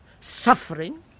suffering